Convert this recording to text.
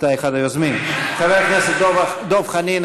חבר הכנסת דב חנין,